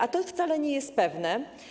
A to wcale nie jest pewne.